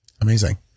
Amazing